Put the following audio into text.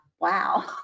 Wow